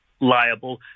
liable